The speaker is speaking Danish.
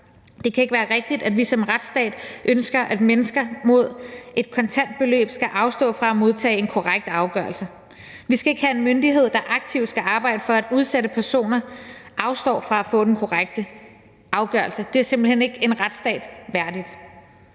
Det kan ikke være rigtigt, at vi som retsstat ønsker, at mennesker mod et kontant beløb skal afstå fra at modtage en korrekt afgørelse. Vi skal ikke have en myndighed, der aktivt skal arbejde for, at udsatte personer afstår fra at få den korrekte afgørelse. Det er simpelt hen ikke en retsstat værdigt.